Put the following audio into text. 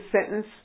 sentence